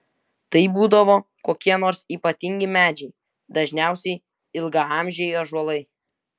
tai būdavo kokie nors ypatingi medžiai dažniausiai ilgaamžiai ąžuolai